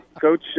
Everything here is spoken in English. Coach